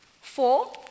Four